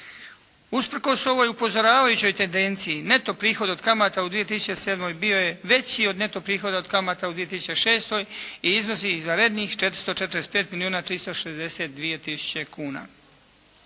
Usprkos ovoj upozoravajućoj tendenciji neto prihod od kamata u 2007. bio je veći od neto prihoda od kamata u 2006. i iznosi izvanrednih 445 milijuna 362 tisuće kuna.